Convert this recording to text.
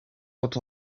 what